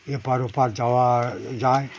এপার ওপার যাওয়া যায়